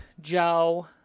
Joe